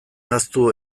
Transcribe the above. ahaztu